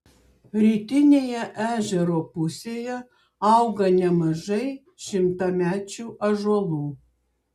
rytinėje ežero pusėje auga nemažai šimtamečių ąžuolų